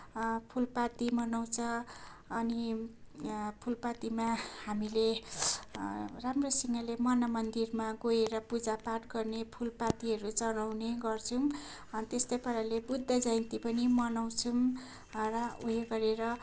फुलपाती मनाउँछ अनि फुलपातीमा हामीले राम्रोसँगले मनमन्दिरमा गएर पूजापाठ गर्ने फुलपातीहरू चढाउने गर्छौँ त्यस्तो प्रकारले बुद्ध जयन्ती पनि मनाउँछौँ र उयो गरेर